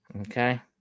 Okay